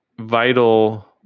vital